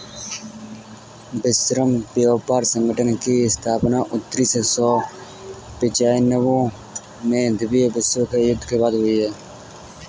विश्व व्यापार संगठन की स्थापना उन्नीस सौ पिच्यानबें में द्वितीय विश्व युद्ध के बाद हुई